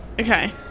Okay